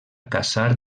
caçar